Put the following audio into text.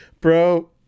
bro